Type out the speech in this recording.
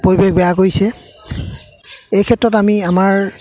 পৰিৱেশ বেয়া কৰিছে এই ক্ষেত্ৰত আমি আমাৰ